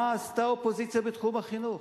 מה עשתה האופוזיציה בתחום החינוך,